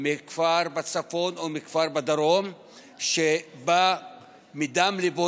מכפר בצפון או מכפר בדרום שבא מדם ליבו